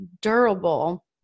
durable